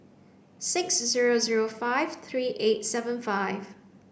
six zero zero five three eight seven five